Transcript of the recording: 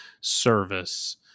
service